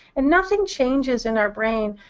and nothing changes in our brain